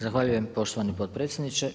Zahvaljujem poštovani potpredsjedniče.